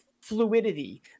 fluidity